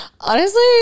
honestly-